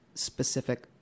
Specific